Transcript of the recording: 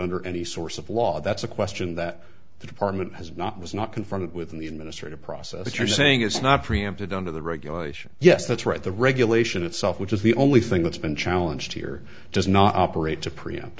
under any source of law that's a question that the department has not was not confronted with in the administrative process you're saying is not preempted under the regulation yes that's right the regulation itself which is the only thing that's been challenged here does not operate to preempt